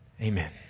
Amen